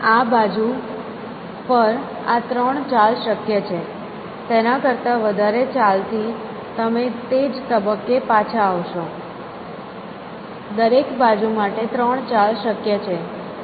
આ બાજુ પર આ ત્રણ ચાલ શક્ય છે તેના કરતા વધારે ચાલ થી તમે તે જ તબક્કે પાછા આવશો દરેક બાજુ માટે ત્રણ ચાલ શક્ય છે